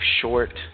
short